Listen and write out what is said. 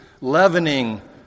leavening